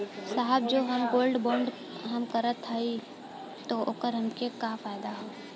साहब जो हम गोल्ड बोंड हम करत हई त ओकर हमके का फायदा ह?